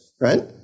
right